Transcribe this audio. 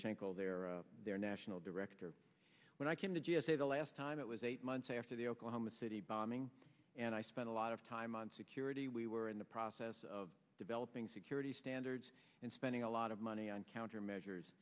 all their their national director when i came to g s a the last time it was eight months after the oklahoma city bombing and i spent a lot of time on security we were in the process of developing security standards and spending a lot of money on countermeasures